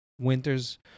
Winters